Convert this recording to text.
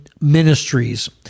ministries